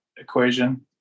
equation